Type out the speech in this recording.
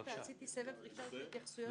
אמרת שעשית סבב ראשון והתייחסות,